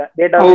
data